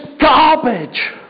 garbage